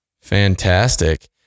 Fantastic